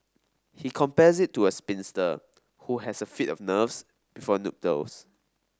he compares it to a spinster who has a fit of nerves before nuptials